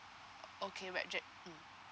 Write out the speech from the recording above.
okay we're just~ mm